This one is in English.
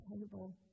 table